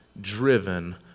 driven